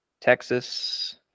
Texas